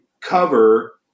cover